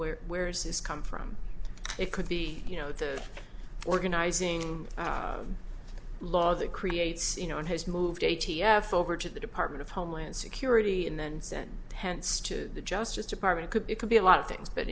where where is this come from it could be you know the organizing law that creates you know and has moved a t f over to the department of homeland security and then sent hence to the justice department could be could be a lot of things but